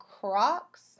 Crocs